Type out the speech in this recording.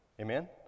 Amen